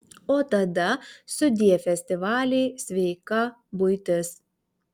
o tada sudie festivaliai sveika buitis